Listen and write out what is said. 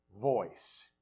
voice